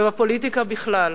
ובפוליטיקה בכלל,